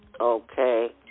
Okay